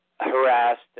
harassed